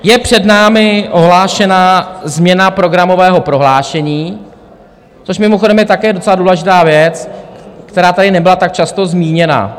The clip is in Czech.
Je před námi ohlášená změna programového prohlášení, což mimochodem je také docela důležitá věc, která tady nebyla tak často zmíněna.